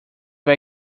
vai